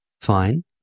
Fine